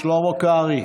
קרעי,